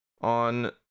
on